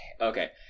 okay